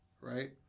Right